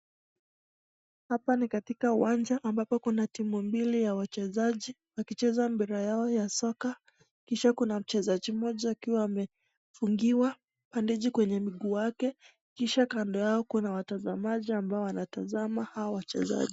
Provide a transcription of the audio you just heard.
Hapa ni katika uwanja ambapo kuna timu mbili ya wachezaji wakicheza mpira yao ya soka. Kisha kuna mchezaji mmoja akiwa amefungiwa bandeji kwenye miguu yake. Kisha kando yao kuna watazamaji ambao wanatazama hawa wachezaji.